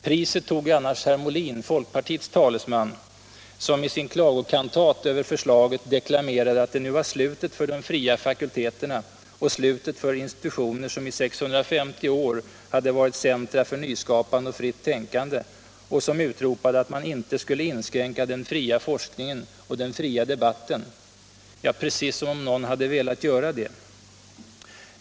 Priset tog annars herr Molin, folkpartiets talesman, som i sin klagokantat över förslaget deklamerade att det nu var ”slutet för de fria fakulteterna och slutet för institutioner som i 650 år har varit centra för nyskapande och fritt tänkande” och utropade att man ”inte skulle inskränka den fria forskningen och den fria debatten”. Precis som om någon hade velat göra det!